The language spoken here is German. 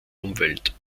umwelt